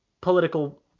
political